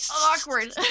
awkward